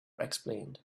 explained